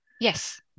Yes